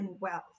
wealth